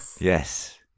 Yes